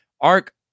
Ark